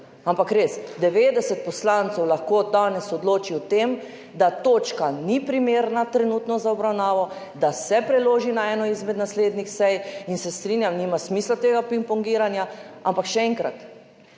Ampak res 90 poslancev lahko danes odloči o tem, da točka ni primerna trenutno za obravnavo, da se preloži na eno izmed naslednjih sej. In se strinjam, nima smisla tega pingpongiranja. Ampak še enkrat,